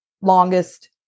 longest